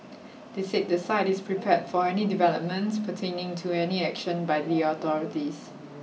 they said the site is prepared for any developments pertaining to any action by the authorities